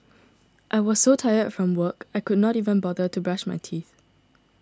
I was so tired from work I could not even bother to brush my teeth